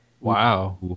Wow